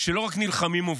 שלא רק נלחמים עבורו,